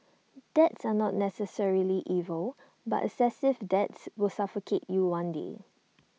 debts are not necessarily evil but excessive debts will suffocate you one day